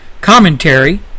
commentary